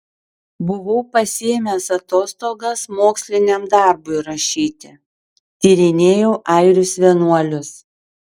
buvau pasiėmęs atostogas moksliniam darbui rašyti tyrinėjau airius vienuolius